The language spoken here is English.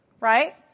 right